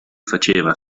faceva